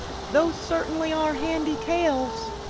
those certainly are handy tails.